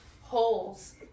holes